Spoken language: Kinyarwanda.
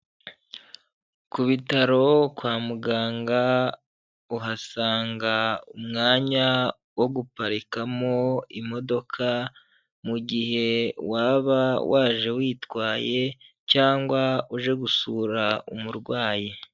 Ku bitaro, kwa muganga uhasanga umwanya wo guparikamo imodoka mu gihe waba waje witwaye cyangwa uje gusura umurwayi.